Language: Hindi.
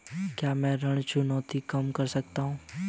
क्या मैं ऋण चुकौती कम कर सकता हूँ?